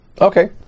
okay